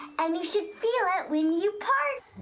and you should feel it when you part.